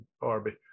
Barbie